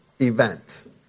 event